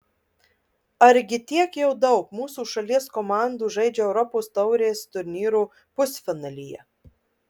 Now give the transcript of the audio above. argi tiek jau daug mūsų šalies komandų žaidžia europos taurės turnyro pusfinalyje